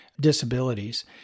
disabilities